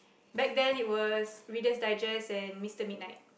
back then it was Reader's Digest and Mister Midnight